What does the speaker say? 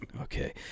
Okay